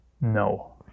No